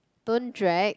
don't drag